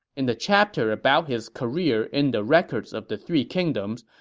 in the chapter about his career in the records of the three kingdoms,